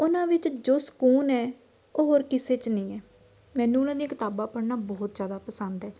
ਉਹਨਾਂ ਵਿੱਚ ਜੋ ਸਕੂਨ ਹੈ ਉਹ ਹੋਰ ਕਿਸੇ 'ਚ ਨਹੀਂ ਹੈ ਮੈਨੂੰ ਉਹਨਾਂ ਦੀਆਂ ਕਿਤਾਬਾਂ ਪੜ੍ਹਨਾ ਬਹੁਤ ਜ਼ਿਆਦਾ ਪਸੰਦ ਹੈ